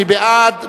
מי בעד,